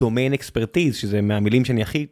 דומיין אקספרטיז שזה מהמילים שאני הכי.